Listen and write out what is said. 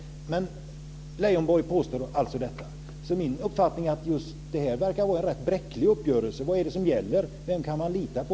Men Leijonborg påstår alltså detta. Min uppfattning är att det här verkar vara en rätt bräcklig uppgörelse. Vad är det som gäller? Vem kan man lita på?